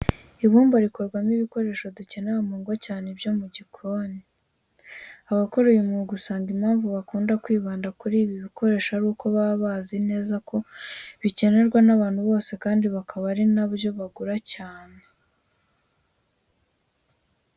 Ibumba rikorwamo ibikoresho dukenera mu ngo cyane ibyo mu gikoni. Abakora uyu mwuga usanga impamvu bakunda kwibanda kuri ibi bikoresho ari uko baba bazi neza ko bikenerwa n'abantu bose kandi bakaba ari na byo bagura cyane.